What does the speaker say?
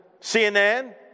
CNN